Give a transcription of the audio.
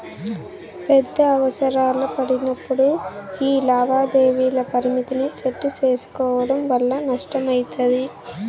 పెద్ద అవసరాలు పడినప్పుడు యీ లావాదేవీల పరిమితిని సెట్టు సేసుకోవడం వల్ల నష్టమయితది